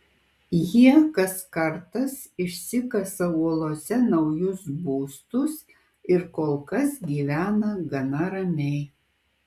jie kas kartas išsikasa uolose naujus būstus ir kol kas gyvena gana ramiai